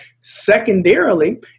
Secondarily